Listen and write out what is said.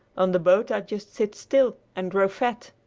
on the boat i just sit still and grow fat!